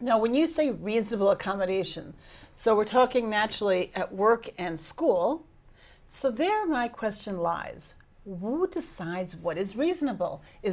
you know when you say reasonable accommodation so we're talking naturally at work and school so there my question lies would decides what is reasonable is